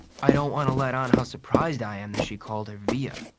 i don't want to let on how surprised i am that she called her via.